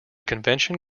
convention